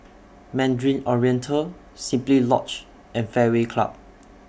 Mandarin Oriental Simply Lodge and Fairway Club